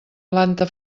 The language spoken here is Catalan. planta